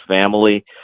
family